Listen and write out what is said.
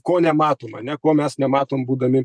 ko nematom ane ko mes nematom būdami